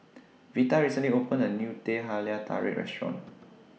Vita recently opened A New Teh Halia Tarik Restaurant